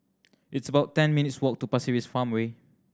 it's about ten minutes' walk to Pasir Ris Farmway